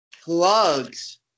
Plugs